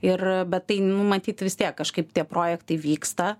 ir bet tai matyt vis tiek kažkaip tie projektai vyksta